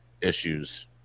issues